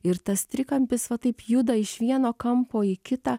ir tas trikampis va taip juda iš vieno kampo į kitą